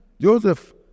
Joseph